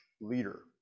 leader